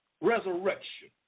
Resurrection